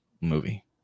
movie